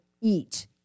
eat